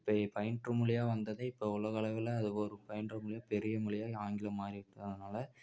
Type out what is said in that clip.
இப்போ பயின்று மொழிகயா வந்ததே இப்போ உலக அளவில் அது ஒரு பயின்று மொழியாக பெரிய மொழியாக ஆங்கிலம் மாறிட்டு வரனால்